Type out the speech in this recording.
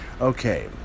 Okay